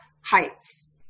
heights